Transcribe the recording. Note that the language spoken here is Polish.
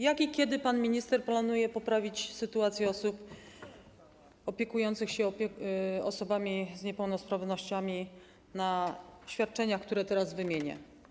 Jak i kiedy pan minister planuje poprawić sytuację osób opiekujących się osobami z niepełnosprawnościami, które otrzymują świadczenia, które teraz wymienię.